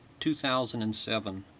2007